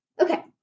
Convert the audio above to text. okay